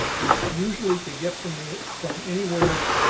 but usually to get from the from anywhere.